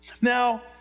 Now